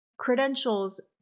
credentials